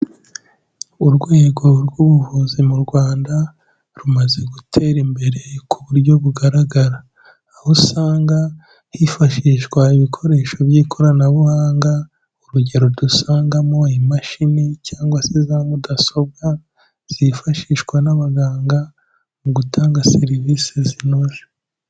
Urwego rw'ubuvuzi mu Rwanda rumaze gutera imbere ku buryo bugaragara. Aho usanga hifashishwa ibikoresho by'ikoranabuhanga, urugero dusangamo imashini cyangwa se za mudasobwa zifashishwa n'abaganga mu gutanga serivisi zinoze.